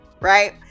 right